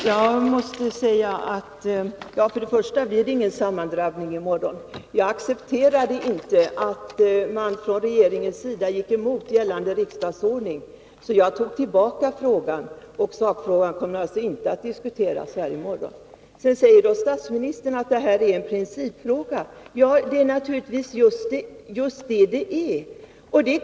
Herr talman! Låt mig först säga att det inte blir någon sammandrabbning i morgon. Jag accepterade inte att regeringen gick emot gällande riksdagsordning och drog därför tillbaka min fråga. Den kommer alltså inte att diskuteras i morgon. Statsministern säger att det här är en principfråga. Ja, det är just vad det är.